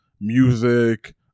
music